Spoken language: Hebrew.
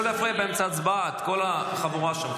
כל החבורה שם.